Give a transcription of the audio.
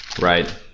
right